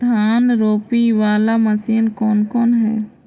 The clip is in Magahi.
धान रोपी बाला मशिन कौन कौन है?